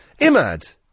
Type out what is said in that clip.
Imad